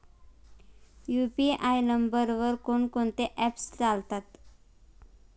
UPI नंबरवर कोण कोणते ऍप्स चालतात?